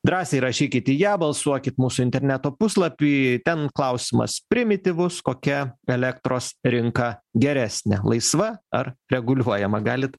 drąsiai rašykit į ją balsuokit mūsų interneto puslapy ten klausimas primityvus kokia elektros rinka geresnė laisva ar reguliuojama galit